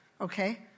okay